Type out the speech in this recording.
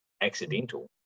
accidental